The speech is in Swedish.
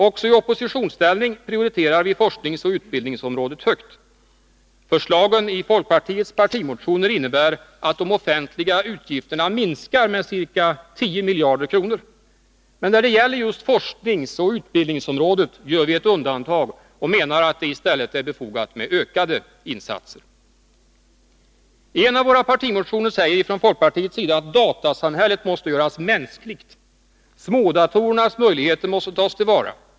Också i oppositionsställning prioriterar vi forskningsoch utbildningsområdet högt. Förslagen i folkpartiets partimotioner innebär att de offentliga utgifterna minskas med ca 10 miljarder kronor. Men när det gäller just forskningsoch utbildningsområdet gör vi ett undantag och menar att det i stället är befogat med ökade insatser. I en av folkpartiets partimotioner säger vi att datasamhället måste göras mänskligt. Smådatorernas möjligheter måste tas till vara.